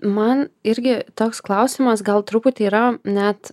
man irgi toks klausimas gal truputį yra net